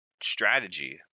strategy